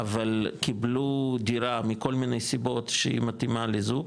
אבל קיבלו דירה מכל מיני סיבות שהיא מתאימה לזוג,